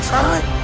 time